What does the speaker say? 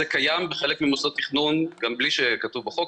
זה קיים בחלק ממוסדות תכנון גם בלי שכתוב בחוק.